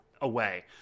away